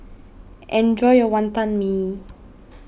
enjoy your Wantan Mee